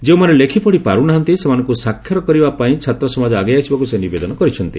ଯେଉଁମାନେ ଲେଖିପଢ଼ି ପାରୁ ନାହାନ୍ତି ସେମାନଙ୍କୁ ସାକ୍ଷର କରିବା ପାଇଁ ଛାତ୍ର ସମାଜ ଆଗେଇ ଆସିବାକୁ ସେ ନିବେଦନ କରିଛନ୍ତି